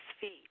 feet